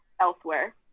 elsewhere